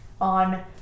on